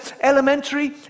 elementary